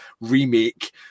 remake